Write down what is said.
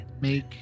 Make